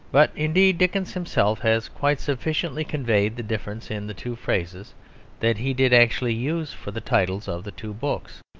but indeed dickens himself has quite sufficiently conveyed the difference in the two phrases that he did actually use for the titles of the two books.